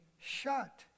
shut